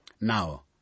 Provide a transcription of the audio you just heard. Now